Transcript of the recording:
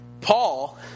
Paul